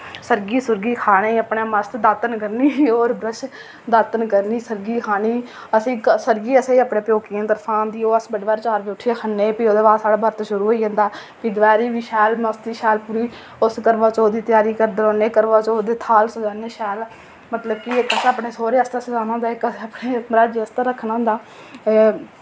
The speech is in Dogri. सर्गी सुर्गी खन्ने अपने मस्त दातन करने और ब्रश दातन करनी सर्गी खानी अस इक सर्गी असें अपने प्योकियें तरफा औंदी ओह् अस बड़ी बारी चार बजे उट्ठियै खन्ने फ्ही ओह्दे बाद साढ़ा बर्त शुरू होई जंदा फ्ही दपैह्री बी शैल मस्ती शैल पूरी उस करवाचौथ दी तेआरी करदे रौह्न्ने करवाचौथ दे थाल सजान्ने शैल मतलब कि इक अस अपने सौह्रे आस्तै सजाना होंदा इक असें अपने मरहाजे आस्तै रक्खना होंदा